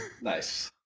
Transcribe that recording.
Nice